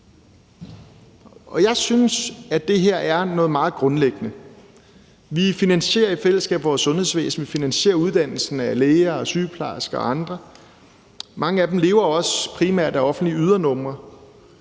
Jeg synes, at det her er noget meget grundlæggende. Vi finansierer i fællesskab vores sundhedsvæsen, vi finansierer uddannelsen af læger og sygeplejersker og andre. Mange af dem lever også primært af offentlige ydernumre.